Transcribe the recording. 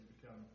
become